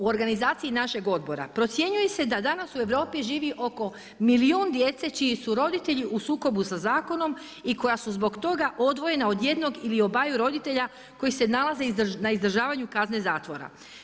U organizaciji našeg odbora procjenjuje se da danas u Europi živi oko milijun djece čiji su roditelji u sukobu sa zakonom i koja su zbog toga odvojena od jednog ili obaju roditelja koji se nalaze na izdržavanju kazne zatvora.